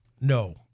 no